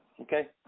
Okay